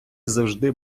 завжди